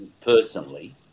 personally